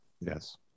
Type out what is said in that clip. Yes